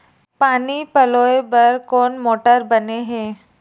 पानी पलोय बर कोन मोटर बने हे?